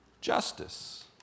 justice